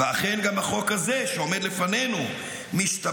ואכן גם החוק הזה שעומד לפנינו משתמש